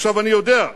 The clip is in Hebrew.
עכשיו, אני יודע,